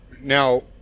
Now